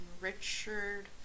Richard